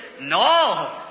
no